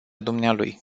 dumnealui